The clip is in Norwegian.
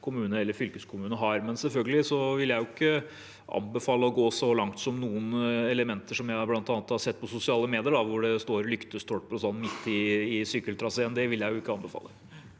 Men selvfølgelig vil jeg ikke anbefale å gå så langt som noen elementer jeg bl.a. har sett på sosiale medier, hvor det står lyktestolper og slikt midt i sykkeltraseen. Det vil jeg ikke anbefale.